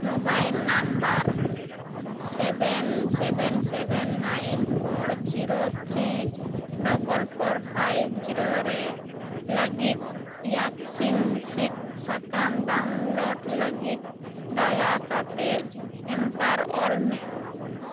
mobile number seven seven seven nine four zero three double four five zero ᱨᱮ ᱞᱟᱹᱜᱤᱫ ᱤᱭᱟᱠᱥᱤᱱ ᱥᱤᱫ ᱥᱟᱠᱟᱢ ᱰᱟᱣᱩᱱᱞᱳᱰ ᱞᱟ ᱜᱤᱫ ᱫᱟᱭᱟᱠᱟᱛᱮᱜ ᱮᱢᱯᱟᱨ ᱚᱞ ᱢᱮ